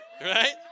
Right